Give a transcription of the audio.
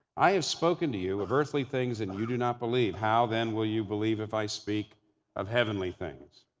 i have spoken to you of earthly things and you do not believe. how then will you believe if i speak of heavenly things?